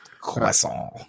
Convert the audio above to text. Croissant